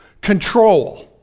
Control